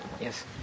Yes